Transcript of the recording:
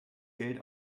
geld